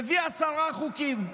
מביא עשרה חוקים,